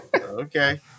Okay